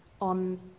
on